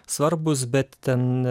svarbūs bet ten